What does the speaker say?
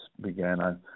began